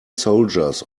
soldiers